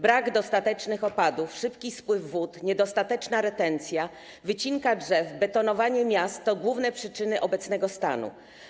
Brak dostatecznych opadów, szybki spływ wód, niedostateczna retencja, wycinka drzew, betonowanie miast to główne przyczyny obecnego stanu.